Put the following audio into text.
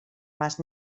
más